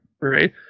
right